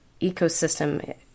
ecosystem